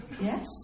yes